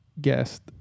guest